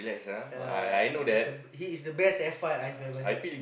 yea he's he is the best alpha I've ever had